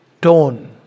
Tone